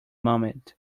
moment